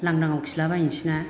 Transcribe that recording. लांदाङाव खिलाबायसै ना